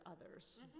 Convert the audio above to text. others